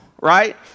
right